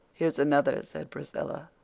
here's another, said priscilla.